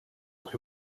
who